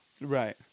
right